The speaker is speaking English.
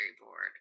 board